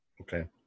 Okay